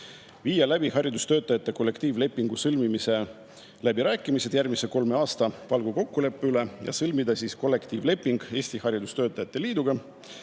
viia läbi haridustöötajate kollektiivlepingu sõlmimise läbirääkimised järgmise kolme aasta palgakokkuleppe üle, sõlmida kollektiivleping Eesti Haridustöötajate Liiduga